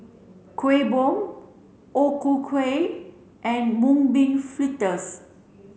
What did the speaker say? Kuih Bom O Ku Kueh and mung bean fritters